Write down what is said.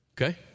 okay